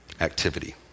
activity